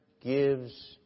gives